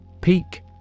Peak